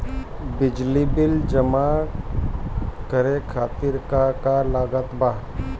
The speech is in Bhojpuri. बिजली बिल जमा करे खातिर का का लागत बा?